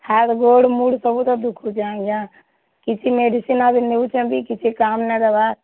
ହାତ୍ ଗୋଡ଼୍ ମୁଡ଼୍ ସବୁ ତ ଦୁଖୁଛେ ଆଜ୍ଞା କିଛି ମେଡିସିନ୍ ଆର୍ ଯେନ୍ ନଉଛେଁ ବି କିଛି କାମ୍ ନାଇଁ ଦବାର୍